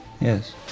Yes